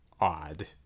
odd